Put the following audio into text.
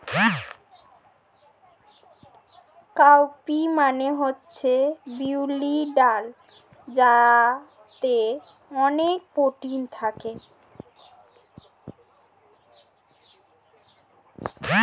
cow P মানে হচ্ছে বিউলির ডাল যাতে অনেক প্রোটিন থাকে